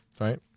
Right